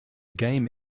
game